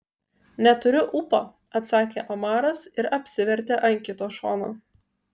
neturiu ūpo atsakė omaras ir apsivertė ant kito šono